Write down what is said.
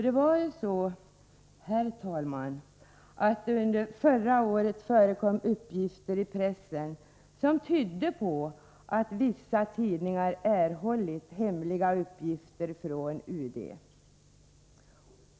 Det var ju så, herr talman, att det under förra året förekom uppgifter i pressen som tydde på att vissa tidningar erhållit hemliga uppgifter från UD.